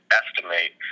estimate